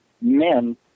men